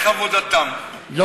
ועכשיו אתה מתלונן על דרך עבודתם,